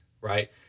right